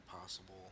possible